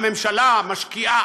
הממשלה משקיעה,